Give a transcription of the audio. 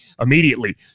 immediately